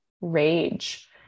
rage